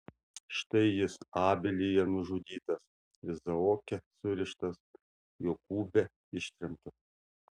štai jis abelyje nužudytas izaoke surištas jokūbe ištremtas